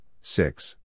six